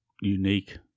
unique